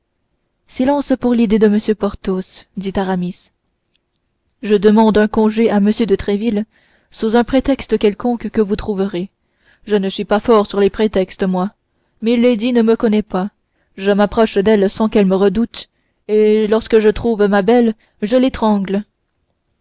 silence pour l'idée de m porthos dit aramis je demande un congé à m de tréville sous un prétexte quelconque que vous trouverez je ne suis pas fort sur les prétextes moi milady ne me connaît pas je m'approche d'elle sans qu'elle me redoute et lorsque je trouve ma belle je l'étrangle